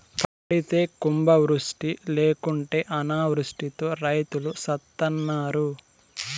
పడితే కుంభవృష్టి లేకుంటే అనావృష్టితో రైతులు సత్తన్నారు